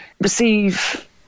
receive